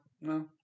No